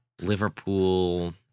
Liverpool